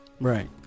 Right